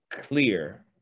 clear